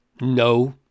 No